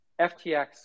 FTX